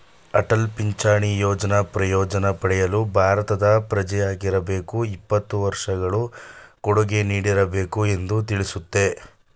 ಅಟಲ್ ಪಿಂಚಣಿ ಯೋಜ್ನ ಪ್ರಯೋಜ್ನ ಪಡೆಯಲು ಭಾರತದ ಪ್ರಜೆಯಾಗಿರಬೇಕು ಇಪ್ಪತ್ತು ವರ್ಷಗಳು ಕೊಡುಗೆ ನೀಡಿರಬೇಕು ಎಂದು ತಿಳಿಸುತ್ತೆ